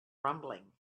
rumbling